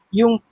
yung